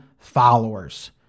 followers